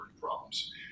problems